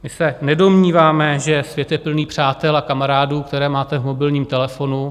My se nedomníváme, že svět je plný přátel a kamarádů, které máte v mobilním telefonu.